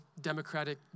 democratic